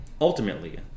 ultimately